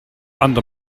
under